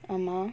ஆமா:aamaa